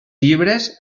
llibres